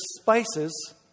spices